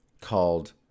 Called